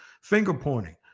finger-pointing